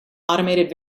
automated